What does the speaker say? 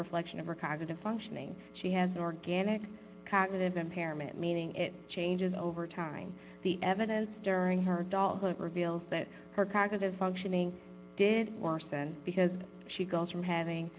reflection of our cognitive functioning she has organic cognitive impairment meaning it changes over time the evidence during her adulthood reveals that her cognitive functioning did or said because she goes from having